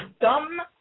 dumb